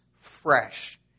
fresh